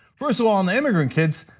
first of all on the immigrant kids,